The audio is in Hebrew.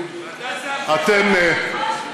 ראש ממשלה,